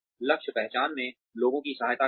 लक्ष्य पहचान में लोगों की सहायता करना